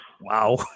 Wow